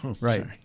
Right